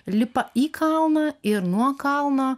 lipa į kalną ir nuo kalno